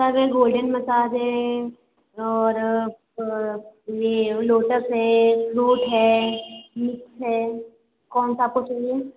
sir ये golden massage है और प ये लोटस है फ्रूट है मिक्स है कौन सा आपको चाहिए